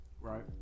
right